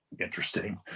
Interesting